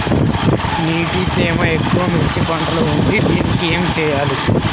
నీటి తేమ ఎక్కువ మిర్చి పంట లో ఉంది దీనికి ఏం చేయాలి?